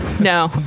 No